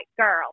girl